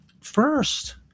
First